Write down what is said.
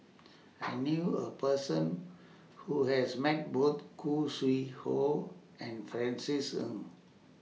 I knew A Person Who has Met Both Khoo Sui Hoe and Francis Ng